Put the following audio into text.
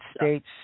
States